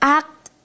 act